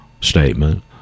statement